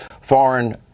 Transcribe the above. foreign